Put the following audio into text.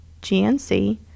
GNC